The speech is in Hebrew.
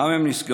למה הן נסגרות?